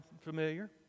familiar